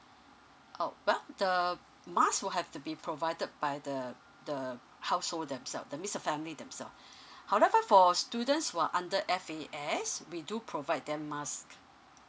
oh well the mask would have to be provided by the the household themselves that means the family themselves however for students who are under F_A_S we do provide them mask